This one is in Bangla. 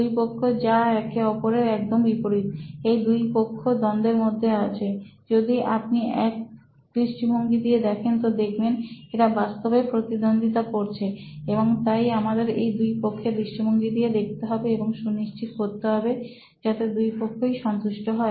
দুই পক্ষ যা একে অপরের একদম বিপরীত এই দুই পক্ষ দ্বন্দ্বের মধ্যে আছে যদি আপনি এক দৃষ্টিভঙ্গি দিয়ে দেখেন তো দেখবেন এরা বাস্তবে প্রতিদ্বন্দ্বিতা করছে এবং তাই আমাদের এই দুই পক্ষের দৃষ্টিভঙ্গি দিয়ে দেখতে হবে এবং সুনিশ্চিত করতে হবে যাতে দুই পক্ষই সন্তুষ্ট হয়